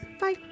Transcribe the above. Bye